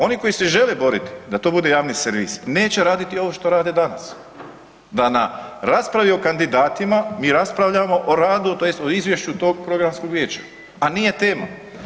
Oni koji se žele boriti da to bude javni servis neće raditi ovo što rade danas, da na raspravi o kandidatima mi raspravljamo o radu tj. o izvješću tog Programskog vijeća, a nije tema.